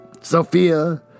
Sophia